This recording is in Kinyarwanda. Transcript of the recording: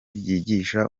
ryigisha